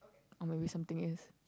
or maybe something is